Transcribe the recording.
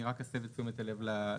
אני רק אסב את תשומת הלב לשינויים.